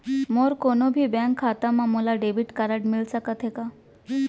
मोर कोनो भी बैंक खाता मा मोला डेबिट कारड मिलिस सकत हे का?